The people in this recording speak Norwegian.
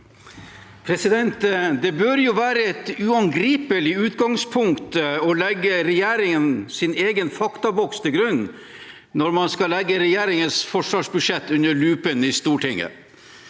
Det bør være et uan- gripelig utgangspunkt å legge regjeringens egen faktaboks til grunn når man skal legge regjeringens forsvarsbudsjett under lupen i Stortinget: